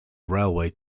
railway